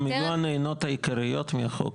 הן הנהנות העיקריות מהחוק,